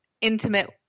intimate